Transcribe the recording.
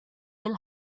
will